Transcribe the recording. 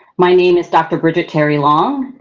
my name is dr. bridget terry long,